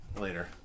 later